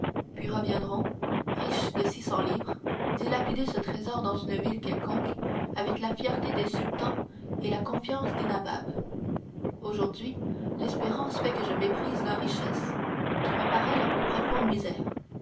puis reviendront riches de six cents livres dilapider ce trésor dans une ville quelconque avec la fierté des sultans et la confiance des nababs aujourd'hui l'espérance fait que je méprise leur richesse qui me paraît la plus profonde misère